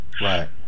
Right